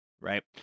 right